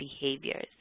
behaviors